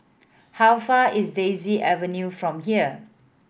how far is Daisy Avenue from here